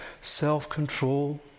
self-control